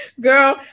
Girl